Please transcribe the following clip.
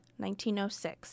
1906